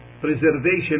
preservation